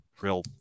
real